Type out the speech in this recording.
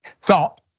thought